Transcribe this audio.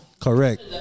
Correct